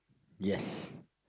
yes